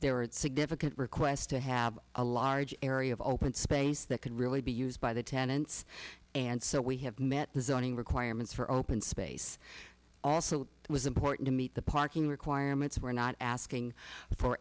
are significant requests to have a large area of open space that could really be used by the tenants and so we have met the zoning requirements for open space also it was important to meet the parking requirements we're not asking for